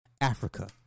Africa